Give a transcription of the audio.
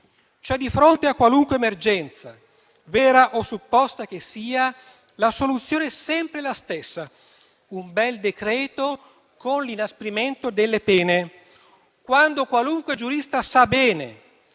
Di fronte a qualunque emergenza, cioè, vera o supposta che sia, la soluzione è sempre la stessa: un bel decreto che inasprisce le pene, quando qualunque giurista sa bene